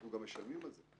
אנחנו גם משלמים על זה.